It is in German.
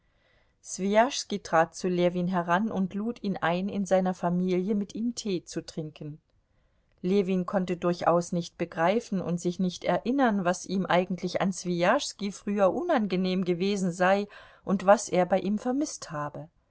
trat zu ljewin heran und lud ihn ein in seiner familie mit ihm tee zu trinken ljewin konnte durchaus nicht begreifen und sich nicht erinnern was ihm eigentlich an swijaschski früher unangenehm gewesen sei und was er bei ihm vermißt habe